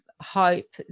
hope